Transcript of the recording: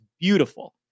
beautiful